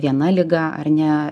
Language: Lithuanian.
viena liga ar ne